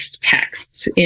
texts